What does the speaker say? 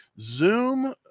Zoom